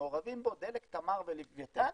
מעורבים בו, דלק, תמר ולווייתן.